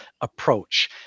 approach